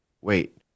wait